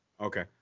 okay